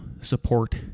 Support